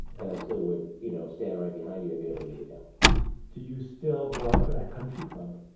and i still would, you know, stand right behind you if you ever needed help do you still belong to that country club?